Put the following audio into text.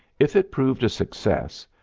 if it proved a success,